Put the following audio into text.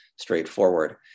straightforward